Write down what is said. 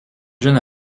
jeune